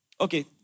Okay